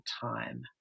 time